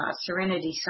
Serenity